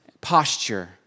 posture